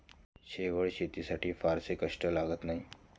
शेवाळं शेतीसाठी फारसे कष्ट लागत नाहीत